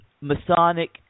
Masonic